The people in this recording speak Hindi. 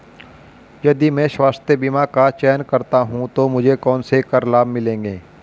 यदि मैं स्वास्थ्य बीमा का चयन करता हूँ तो मुझे कौन से कर लाभ मिलेंगे?